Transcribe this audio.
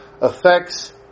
affects